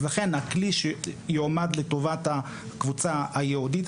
לכן הכלי שיועמד לטובת הקבוצה הייעודית